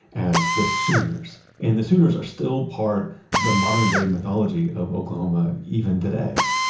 as the sooners. and the sooners are still part of the modern day mythology of oklahoma, even today,